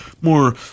more